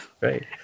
right